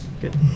Good